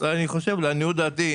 לעניות דעתי,